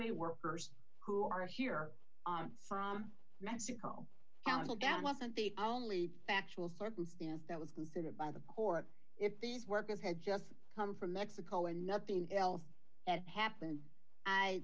a workers who are here from mexico council that wasn't the only factual circumstance that was considered by the court if these workers had just come from mexico and nothing else that happened i